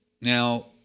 Now